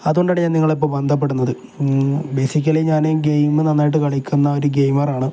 അതുകൊണ്ടാണ് ഞാൻ നിങ്ങളെ ഇപ്പോള് ബന്ധപ്പെടുന്നത് ബേസിക്കലി ഞാന് ഗെയിം നന്നായിട്ട് കളിക്കുന്ന ഒരു ഗെയിമറാണ്